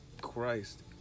Christ